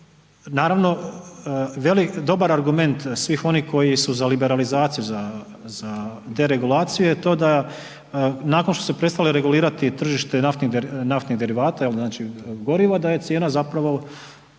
Naravno, dobar argument svih onih koji su za liberalizaciju, za deregulaciju je to da nakon što se prestalo regulirati tržište naftnih derivata, goriva da je cijena zapravo